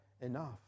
enough